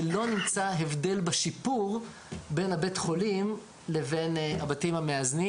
אנחנו רואים פה שלא נמצא הבדל בשיפור בין בית החולים לבין הבתים המאזנים